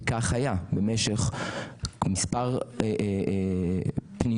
וכך היה במשך מספר פניות,